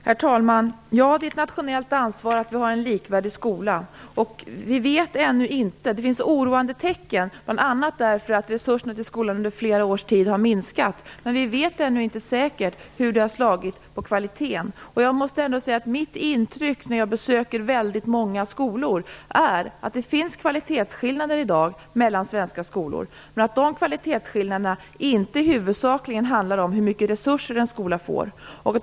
Herr talman! Det är ett nationellt ansvar att se till att vi har en likvärdig skola. Det finns oroande tecken bl.a. därför att resurserna till skolan under flera års tid har minskat. Men vi vet ännu inte säkert hur det har slagit på kvaliteten. Jag måste ändå säga att mitt intryck är - jag besöker väldigt många skolor - att det finns kvalitetsskillnader mellan svenska skolor men att de kvalitetsskillnaderna inte huvudsakligen handlar om hur mycket resurser en skola får.